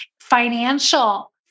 financial